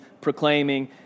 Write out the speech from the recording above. proclaiming